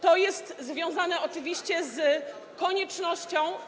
To jest związane oczywiście z koniecznością.